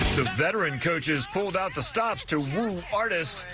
the veteran coaches pulled out the stops to room artist.